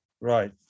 Right